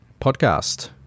podcast